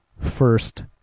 first